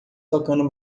tocando